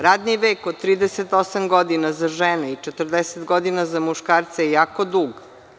Radni vek od 38 godina za žene i 40 godina za muškarce je jako dug.